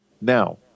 Now